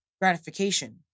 gratification